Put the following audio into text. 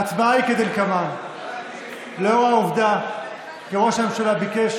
ההצבעה היא כדלקמן: לאור העובדה שראש הממשלה ביקש